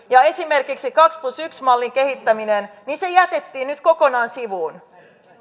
ja esimerkiksi kaksi plus yksi mallin kehittäminen jätettiin nyt kokonaan sivuun